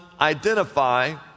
identify